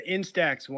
Instax